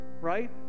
right